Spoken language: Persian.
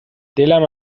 دلم